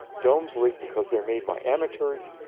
domes leak because they're made by amateurs,